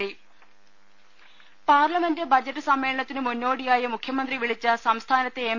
ദദദ parliament budget സമ്മേളത്തിന് മുന്നോടിയായി മുഖ്യമന്ത്രി വിളിച്ച സംസ്ഥാനത്തെ എം